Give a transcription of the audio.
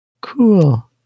Cool